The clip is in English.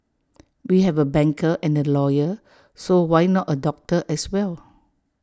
we have A banker and A lawyer so why not A doctor as well